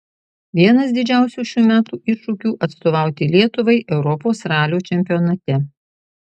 vienas didžiausių šių metų iššūkių atstovauti lietuvai europos ralio čempionate